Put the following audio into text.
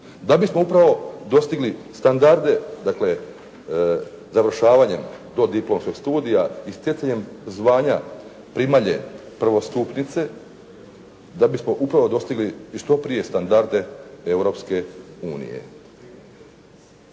Da bismo upravo dostigli standarde, dakle završavanjem dodiplomskog studija i stjecajem zvanja primalje prvostupnice, da bismo upravo dostigli i što prije standarde Europske unije.